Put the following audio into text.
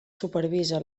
supervisa